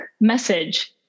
message